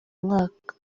mwaka